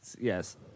Yes